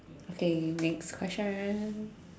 okay next question